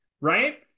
right